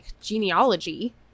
genealogy